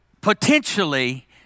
potentially